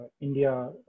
India